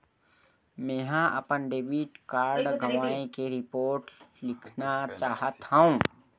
मेंहा अपन debit card गवाए के रिपोर्ट लिखना चाहत हव